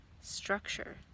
structure